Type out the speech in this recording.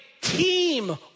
team